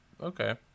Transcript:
Okay